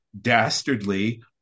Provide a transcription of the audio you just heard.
dastardly